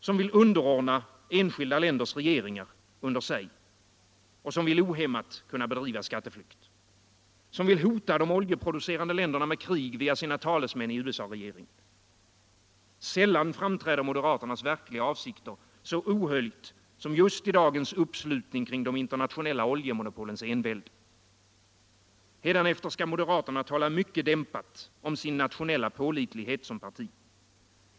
Som vill underordna enskilda länders regeringar under sig och som vill kunna ohämmat bedriva skatteflykt. Som vill hota de oljeproducerande länderna med krig via sina talesmän i USA-regeringen. Sällan framträder moderaternas verkliga avsikter så ohöljt som just i dagens uppslutning kring de internationella oljemonopolens envälde. Hädanefter skall moderaterna tala mycket dämpat om sin nationella pålitlighet som parti.